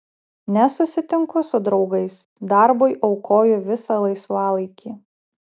nesusitinku su draugais darbui aukoju visą laisvalaikį